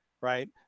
right